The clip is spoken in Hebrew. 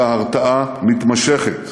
אלא הרתעה מתמשכת.